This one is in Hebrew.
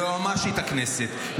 ליועמ"שית הכנסת,